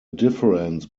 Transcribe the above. difference